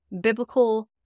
biblical